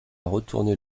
retourner